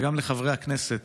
וגם לחברי הכנסת: